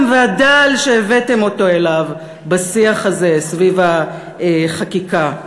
והדל שהבאתם אותו אליו בשיח הזה סביב החקיקה.